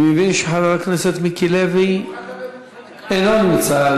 אני מבין שחבר הכנסת מיקי לוי אינו נמצא.